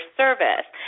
service